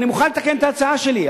אני מוכן לתקן את ההצעה שלי,